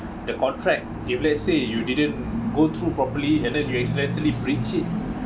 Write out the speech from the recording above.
the contract if let's say you didn't go through properly and then you accidentally breach it